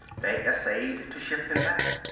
they essayed to shift them back.